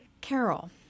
Carol